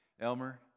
Elmer